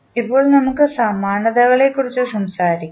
ഇപ്പോൾ നമുക്ക് സമാനതകളെക്കുറിച്ച് സംസാരിക്കാം